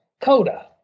CODA